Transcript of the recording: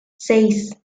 seis